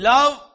Love